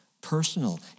personal